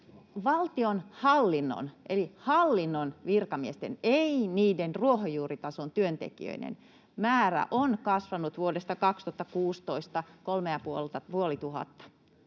Valtionhallinnon eli hallinnon virkamiesten, ei niiden ruohonjuuritason työntekijöiden, määrä on vuodesta 2016 kasvanut kolmella ja